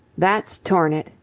that's torn it!